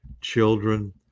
children